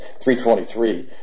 323